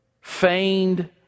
feigned